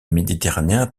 méditerranéens